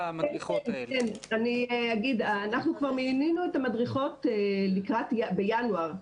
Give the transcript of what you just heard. אנחנו כבר מינינו את המדריכות בינואר,